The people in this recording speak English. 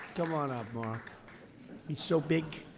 come on up, mark. he's so big.